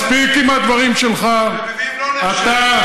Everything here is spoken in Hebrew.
רביבים לא נחשב,